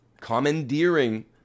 Commandeering